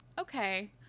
Okay